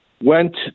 went